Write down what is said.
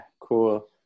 cool